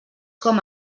com